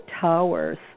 towers